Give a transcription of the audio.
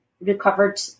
recovered